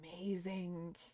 amazing